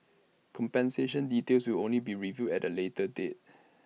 compensation details will only be revealed at A later date